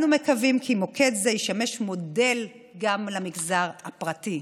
אני מקווים כי מוקד זה ישמש מודל גם למגזר הפרטי.